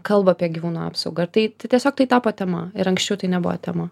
kalba apie gyvūnų apsaugą tai tai tiesiog tai tapo tema ir anksčiau tai nebuvo tema